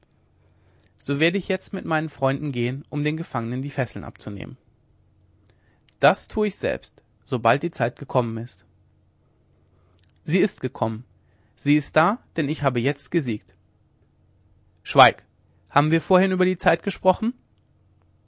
so werde ich jetzt mit meinen freunden gehen um den gefangenen die fesseln abzunehmen das tue ich selbst sobald die zeit gekommen ist sie ist gekommen sie ist da denn ich habe jetzt gesiegt schweig haben wir vorhin über die zeit gesprochen